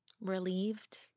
relieved